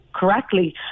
correctly